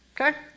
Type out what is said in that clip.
okay